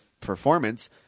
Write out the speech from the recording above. performance